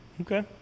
Okay